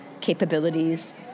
capabilities